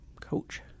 coach